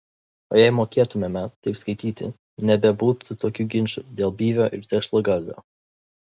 o jei mokėtumėme taip skaityti nebebūtų tokių ginčų dėl byvio ir tešlagalvio